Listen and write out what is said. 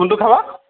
কোনটো খাবা